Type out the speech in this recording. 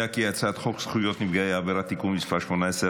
חוק זכויות נפגעי עבירה (תיקון מס' 18),